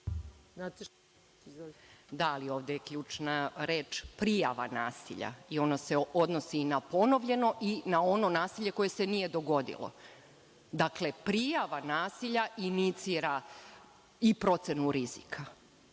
Da, ali ovde je ključna reč - prijava nasilja i ona se odnosi i na ponovljeno i na ono nasilje koje se nije dogodilo. Dakle, prijava nasilja inicira i procenu rizika.